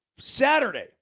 Saturday